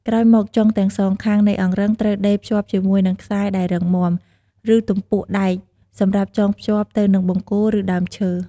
ក្រោយមកចុងទាំងសងខាងនៃអង្រឹងត្រូវដេរភ្ជាប់ជាមួយនឹងខ្សែដែលរឹងមាំ ឬទំពក់ដែកសម្រាប់ចងភ្ជាប់ទៅនឹងបង្គោល ឬដើមឈើ។